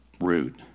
route